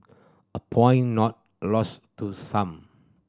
a point not lost to some